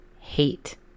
hate